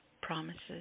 promises